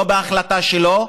לא בהחלטה שלו,